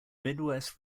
midwest